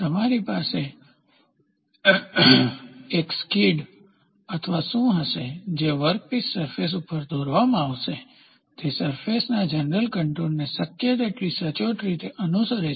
તમારી પાસે એક સ્કિડ અથવા શુ હશે જે વર્કપીસ સરફેસ ઉપર દોરવામાં આવશે તે સરફેસના જનરલ કન્ટુર ને શક્ય તેટલી સચોટ રીતે અનુસરે છે